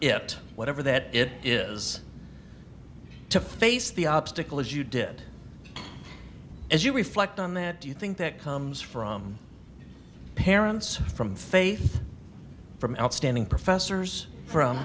it whatever that it is to face the obstacle as you did as you reflect on that do you think that comes from parents from faith from outstanding professors from